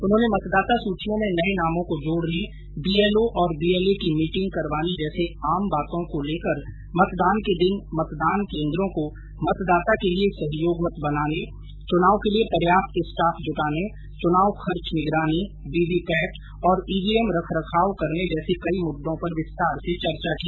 उन्होंने मतदाता सूचियों में नए नामों को जोड़ने बीएलओ और बीएलए की मिटिंग करवाने जैसी आम बातों से लेकर मतदान के दिन मतदान केंद्रों को मतदाता के लिये सहयोगवत बनाने चुनाव के लिए पर्याप्त स्टाफ जुटाने चुनाव खर्च निगरानी वीवीपैट और ईवीएम रख रखाव करने जैसे कई मुद्दों पर विस्तार से चर्चा की